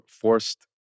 forced